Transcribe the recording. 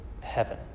heaven